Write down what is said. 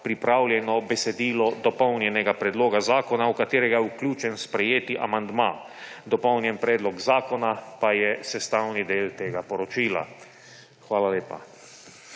pripravljeno besedilo dopolnjenega predloga zakona, v katerega je vključen sprejeti amandma. Dopolnjeni predlog zakona pa je sestavni del tega poročila. Hvala lepa.